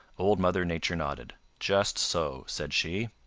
old mother nature nodded. just so, said she.